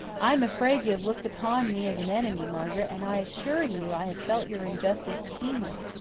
i am afraid you have looked upon me as an enemy, margaret, and i assure you i have felt your injustice keenly.